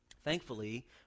Thankfully